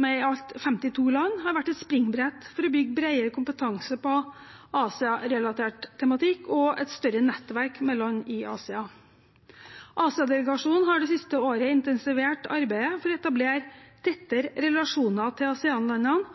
med i alt 52 land har vært et springbrett for å bygge bredere kompetanse på Asia-relatert tematikk og et større nettverk med land i Asia. Asia-delegasjonen har det siste året intensivert arbeidet for å etablere tettere relasjoner til